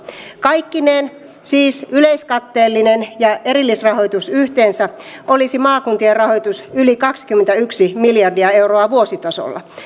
kaikkineen siis yleiskatteellinen ja erillisrahoitus yhteensä olisi maakuntien rahoitus yli kaksikymmentäyksi miljardia euroa vuositasolla